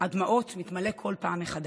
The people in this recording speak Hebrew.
אבל היה פה ויכוח.